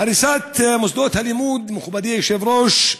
הריסת מוסדות הלימוד, מכובדי היושב-ראש,